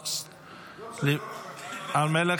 אינה נוכחת,